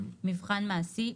מבחן מעשי,